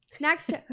next